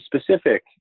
specific